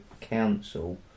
council